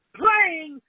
playing